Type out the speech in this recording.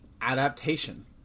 adaptation